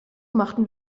machten